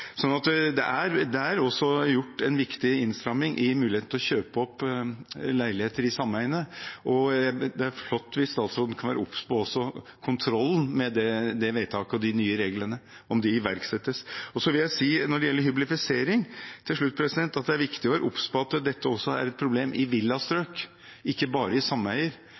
muligheten til å kjøpe opp leiligheter i sameiene. Det er flott hvis statsråden kunne være obs på også kontrollen med vedtaket og de nye reglene, om de iverksettes. Så vil jeg si til slutt når det gjelder hyblifisering, at det er viktig å være obs på at dette også er et problem i villastrøk, ikke bare i sameier,